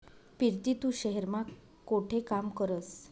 पिरती तू शहेर मा कोठे काम करस?